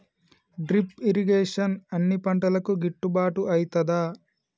Drip irrigation అన్ని పంటలకు గిట్టుబాటు ఐతదా?